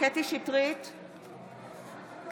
קטי קטרין שטרית,